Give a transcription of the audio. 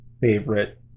Favorite